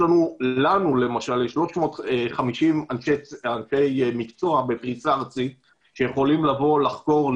לנו למשל יש 350 אנשי מקצוע בפריסה ארצית שיכולים לחקור,